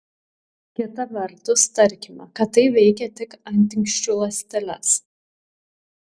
kita vertus tarkime kad tai veikia tik antinksčių ląsteles